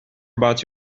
about